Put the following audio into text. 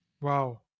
Wow